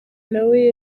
nawe